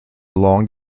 long